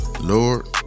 Lord